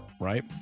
right